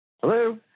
Hello